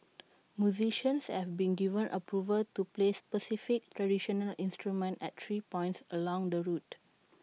musicians have been given approval to play specified traditional instruments at three points along the route